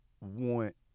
want